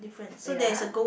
wait ah